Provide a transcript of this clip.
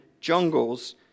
jungles